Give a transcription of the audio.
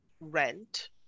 rent